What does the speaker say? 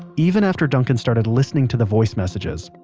even after duncan started listening to the voice messages,